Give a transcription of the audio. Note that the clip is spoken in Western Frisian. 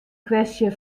kwestje